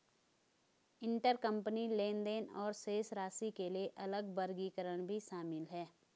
intercompany लेनदेन और शेष राशि के लिए अलग वर्गीकरण भी शामिल हैं